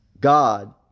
God